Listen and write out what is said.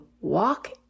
walk